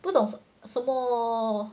不懂什么